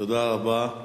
תודה רבה.